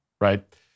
right